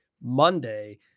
Monday